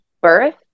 birth